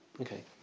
Okay